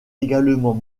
également